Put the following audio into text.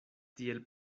tiel